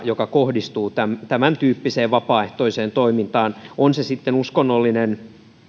joka kohdistuu tämäntyyppiseen vapaaehtoiseen toimintaan on se sitten uskonnollinen